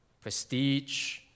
prestige